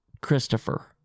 Christopher